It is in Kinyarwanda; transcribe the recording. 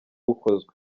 ukozwe